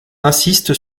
insiste